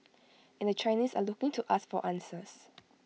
and the Chinese are looking to us for answers